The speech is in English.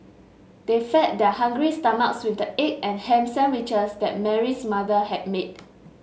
they fed their hungry stomachs with the egg and ham sandwiches that Mary's mother had made